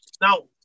Now